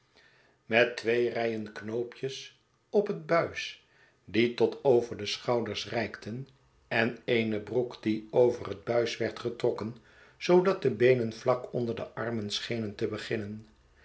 met twee rijen knoopjes op het buis die tot over de schouders reikten en eene broek die over het buis werd getrokken zoodat de beenen vlak onder de armen schenen tebeginnen